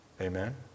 Amen